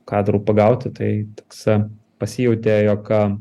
kadrų pagauti tai toks pasijautė jog